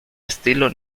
estilo